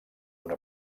una